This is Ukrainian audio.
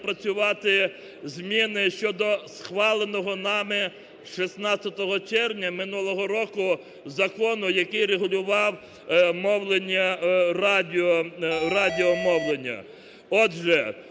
напрацювати зміни щодо схваленого нами 16 червня минулого року закону, який регулював мовлення